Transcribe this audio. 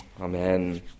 Amen